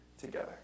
together